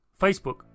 Facebook